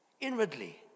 inwardly